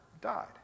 died